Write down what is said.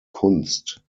kunst